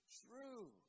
true